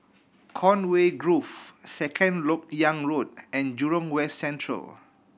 Conway Grove Second Lok Yang Road and Jurong West Central